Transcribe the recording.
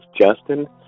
Justin